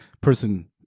person